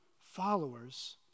followers